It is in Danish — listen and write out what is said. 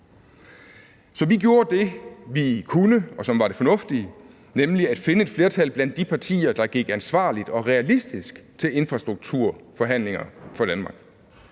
Så vi gjorde det, vi kunne, og som var det fornuftige, nemlig at finde et flertal blandt de partier, der gik ansvarligt og realistisk til infrastrukturforhandlinger for Danmark.